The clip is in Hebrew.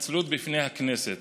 התנצלות בפני הכנסת.